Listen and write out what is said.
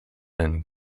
and